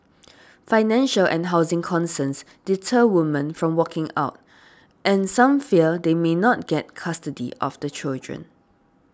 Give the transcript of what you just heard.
financial and housing concerns deter women from walking out and some fear they may not get custody of the children